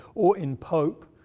or in pope,